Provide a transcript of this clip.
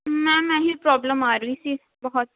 ma'am ਆਹੀ problem ਆ ਰਹੀ ਸੀ ਬਹੁਤ